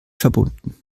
verbunden